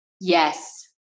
yes